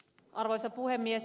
arvoisa puhemies